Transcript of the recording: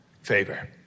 favor